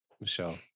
michelle